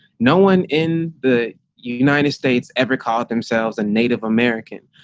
no one in the united states ever call themselves a native american.